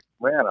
man